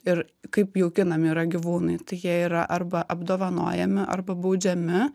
ir kaip jaukinami yra gyvūnai tai jie yra arba apdovanojami arba baudžiami